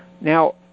now